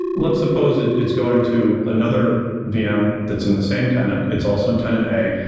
let's suppose ah it's going to another vm that's in the same tenant, it's also in tenant a,